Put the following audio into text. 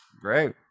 great